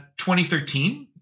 2013